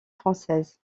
française